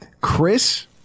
Chris